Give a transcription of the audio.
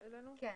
כן.